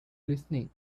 listening